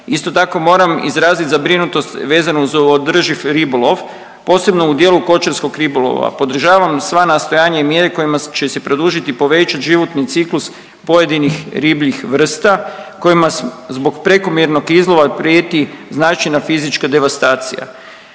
Isto tako moram izrazit zabrinutost vezano uz održiv ribolov, posebno u dijelu kočarskog ribolova. Podržavam sva nastojanja i mjere kojima će se produžit i povećat životni ciklus pojedinih ribljih vrsta kojima zbog prekomjernog izlova prijeti značajna fizička devastacija.